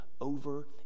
over